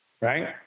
Right